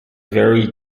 very